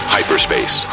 Hyperspace